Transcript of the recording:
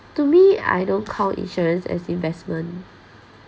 to me I don't count insurance as investment